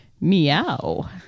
Meow